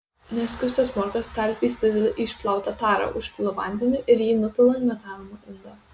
nuskustas morkas talpiai sudedu į išplautą tarą užpilu vandeniu ir jį nupilu į matavimo indą